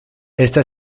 esta